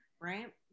right